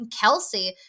Kelsey